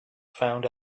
found